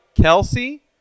Kelsey